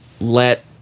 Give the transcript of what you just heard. let